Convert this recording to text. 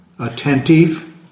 attentive